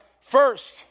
first